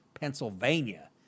Pennsylvania